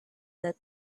that